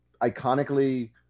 iconically